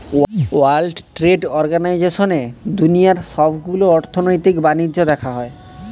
world trade অর্গানাইজেশনে দুনিয়ার সবগুলো অর্থনৈতিক বাণিজ্য দেখা হয়